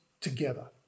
together